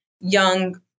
young